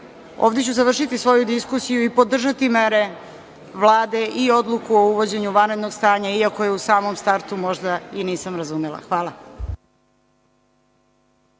ovde ću završiti svoju diskusiju i podržati mere Vlade i odluku o uvođenju vanrednog stanja, iako je u samom startu možda i nisam razumela. Hvala.